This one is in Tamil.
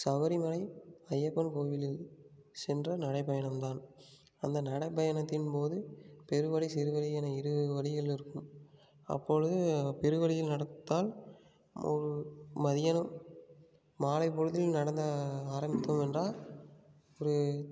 சபரிமலை ஐயப்பன் கோவிலில் சென்ற நடைப்பயணம் தான் அந்த நடைப்பயணத்தின்போது பெருவழி சிறுவழி என இரு வழிகள் இருக்கும் அப்பொழுது பெருவழியில் நடந்தால் ஒரு மத்தியானம் மாலைப்பொழுதில் நடந்த ஆரம்பித்தோம் என்றால் ஒரு